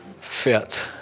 fit